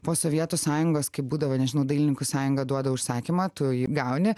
po sovietų sąjungos kai būdavo nežinau dailininkų sąjunga duoda užsakymą tu jį gauni